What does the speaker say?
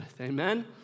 Amen